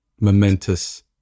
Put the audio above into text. momentous